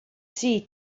see